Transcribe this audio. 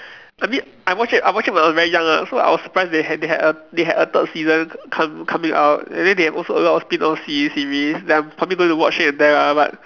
I mean I watch it I watch it when I was very young ah so I was surprised when they had they had a they had a third season come coming out and then they have also a lot of spin off series series that I'm probably able to watch here and there lah but